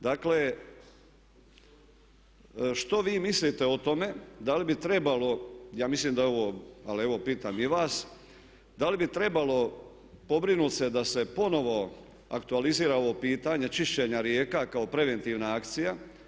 Dakle, što vi mislite o tome da li bi trebalo, ja mislim da je ovo ali evo pitam i vas, da li bi trebalo pobrinuti se da se ponovno aktualizira ovo pitanje čišćenja rijeka kao preventivna akcija?